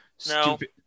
Stupid